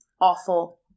Awful